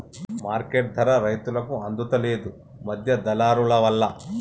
market ధర రైతుకు అందుత లేదు, మధ్య దళారులవల్ల